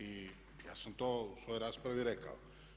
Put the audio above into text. I ja sam to u svojoj raspravi rekao.